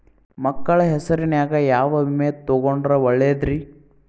ಮಕ್ಕಳ ಹೆಸರಿನ್ಯಾಗ ಯಾವ ವಿಮೆ ತೊಗೊಂಡ್ರ ಒಳ್ಳೆದ್ರಿ?